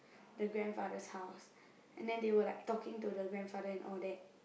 the grandfather's house and then they were like talking to the grandfather and all that